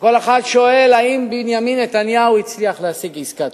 וכל אחד שואל האם בנימין נתניהו הצליח להשיג עסקה טובה,